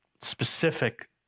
specific